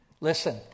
Listen